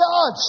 God